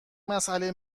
مساله